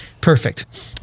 Perfect